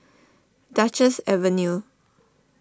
Duchess Avenue